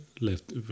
left